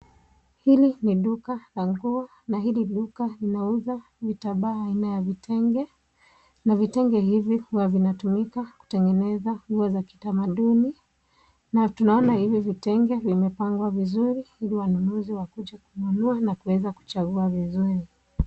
Hili ni duka la nguo na hili duka linauzwa vitambaa aina ya vitenge na vitenge hivi huwa vinatumika kutengeneza nguo za kitamaduni na tunaona hivi vitenge vimepangwa vizuri ili wananunuzi wakuje kununua na kuchagua vizuri.